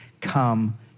come